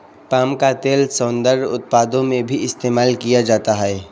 palm का तेल सौन्दर्य उत्पादों में भी इस्तेमाल किया जाता है